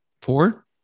Four